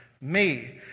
me